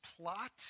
plot